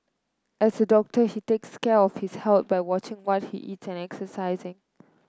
as a doctor he takes care of his health by watching what he eat and exercising